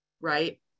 right